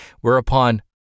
Whereupon